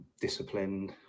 Disciplined